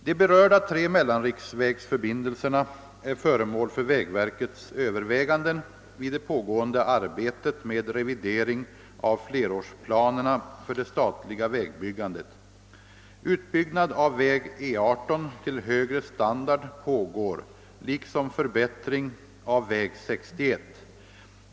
De berörda tre mellanriksvägsförbindelserna är föremål för vägverkets överväganden vid det pågående arbetet med revidering av flerårsplanerna för det statliga vägbyggandet. Utbyggnad av väg E 18 till högre standard pågår liksom förbättring av väg 61.